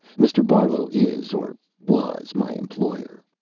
mr. barlow is or was my employer.